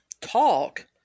talk